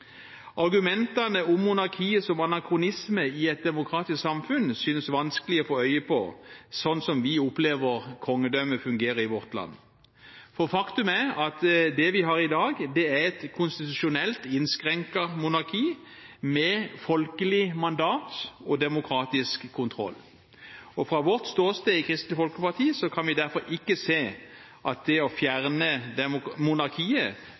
Argumentene om monarkiet som anakronisme i et demokratisk samfunn synes vanskelig å få øye på, slik vi opplever kongedømmet fungere i vårt land. Faktum er at det vi har i dag, er et konstitusjonelt innskrenket monarki, med folkelig mandat og demokratisk kontroll. Fra vårt ståsted, i Kristelig Folkeparti, kan vi derfor ikke se at det å fjerne monarkiet